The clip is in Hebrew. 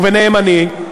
וביניהם אני,